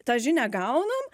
tą žinią gaunam